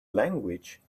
language